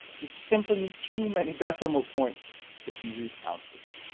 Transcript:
you'd simply need too many decimal points if you use ounces.